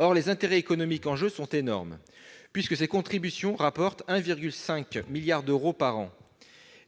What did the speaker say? Or les intérêts économiques en jeu sont énormes, puisque ces contributions rapportent 1,5 milliard d'euros par an.